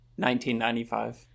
1995